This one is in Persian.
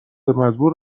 مزبور